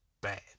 bad